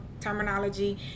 terminology